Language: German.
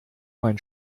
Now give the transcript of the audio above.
mein